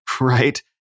right